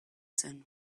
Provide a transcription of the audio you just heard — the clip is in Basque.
zen